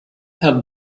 have